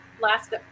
last